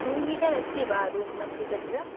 room heater अस्ति वा room मध्ये तत्र